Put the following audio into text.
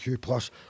plus